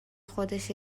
خودش